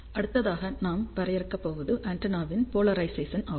அடுத்ததாக நாம் வரையறுக்கப் போவது ஆண்டெனாவின் போலரைசேசன் ஆகும்